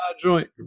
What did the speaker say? Joint